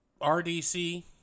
RDC